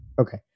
Okay